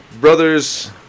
Brothers